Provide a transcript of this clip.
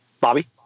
Bobby